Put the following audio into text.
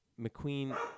McQueen